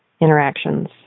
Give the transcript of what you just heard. interactions